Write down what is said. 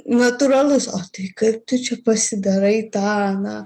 natūralus o tai kaip tu čia pasidarai tą aną